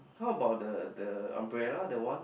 how about the the umbrella the one